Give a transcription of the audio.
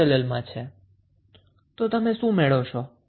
તો તમે શું મેળવો છો